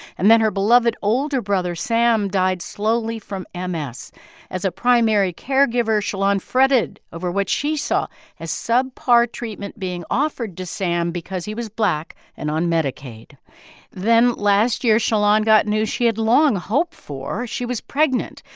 and then her beloved older brother, sam, died slowly from um ms. as a primary caregiver, shalon fretted over what she saw as sub par treatment being offered to sam because he was black and on medicaid then last year, shalon got news she had long hoped for. she was pregnant,